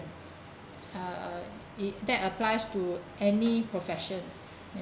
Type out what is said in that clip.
uh it that applies to any profession